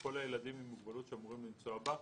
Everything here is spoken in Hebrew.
כל הילדים עם מוגבלות שאמורים לנסוע בה,